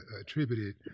attributed